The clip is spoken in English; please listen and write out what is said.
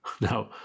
No